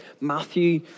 Matthew